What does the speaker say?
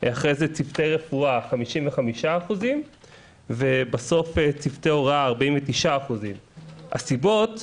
אחרי זה צוותי רפואה 55% ובסוף צוותי הוראה 49%. הסיבות היו: